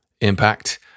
Impact